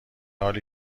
حالی